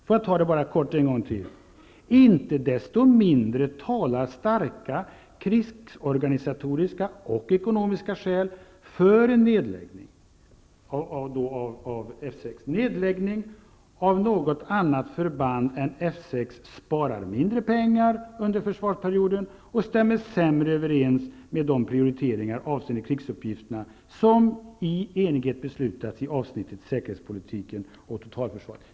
Låt mig bara kort citera det en gång till: ''Inte desto mindre talar starka krigsorganisatoriska och ekonomiska skäl för en nedläggning'' -- av F 6. ''Nedläggning av något annat förband än F 6 sparar mindre pengar under försvarsbeslutsperioden och stämmer sämre överens med de prioriteringar avseende krigsuppgifterna som i enighet beslutats i avsnittet Säkerhetspolitiken och totalförsvaret.''